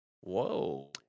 Whoa